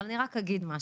אבל אני רק אגיד משהו.